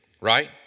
right